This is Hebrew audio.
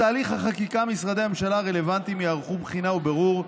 בתהליך החקיקה משרדי הממשלה הרלוונטיים יערכו בחינה ובירור,